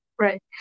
Right